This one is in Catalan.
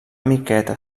miqueta